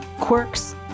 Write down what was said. Quirks